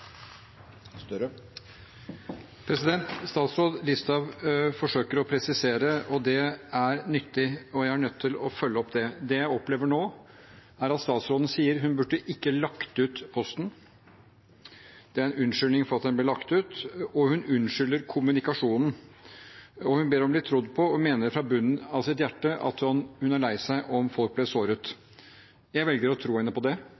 nyttig, og jeg er nødt til å følge opp det. Det jeg opplever nå, er at statsråd Listhaug sier at hun ikke burde lagt ut posten – det er en unnskyldning for at den ble lagt ut – og hun unnskylder kommunikasjonen. Hun ber om å bli trodd på og mener fra bunnen av sitt hjerte at hun er lei seg om folk ble såret. Jeg velger å tro henne på det